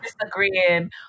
disagreeing